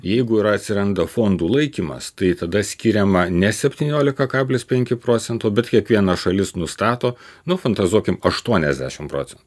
jeigu yra atsiranda fondų laikymas tai tada skiriama ne septyniolika kablis penki procento bet kiekviena šalis nustato nu fantazuokim aštuoniasdešimt procentų